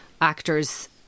actors